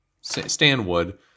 Stanwood